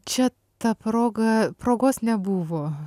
čia ta proga progos nebuvo